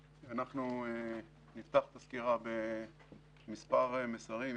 נפתח את הסקירה במספר מסרים.